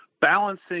balancing